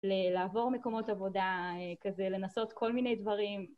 אה... לעבור מקומות עבודה אה... כזה, לנסות כל מיני דברים.